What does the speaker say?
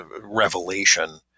revelation